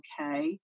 okay